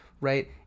right